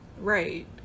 Right